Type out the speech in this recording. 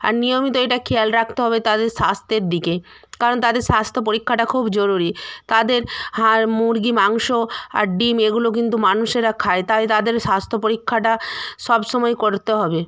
আর নিয়মিত এটা খেয়াল রাখতে হবে তাদের স্বাস্থ্যের দিকে কারণ তাদের স্বাস্থ্য পরীক্ষাটা খুব জরুরি তাদের হাড় মুরগী মাংস আর ডিম এগুলো কিন্তু মানুষেরা খায় তাই তাদের স্বাস্থ্য পরীক্ষাটা সব সময় করতে হবে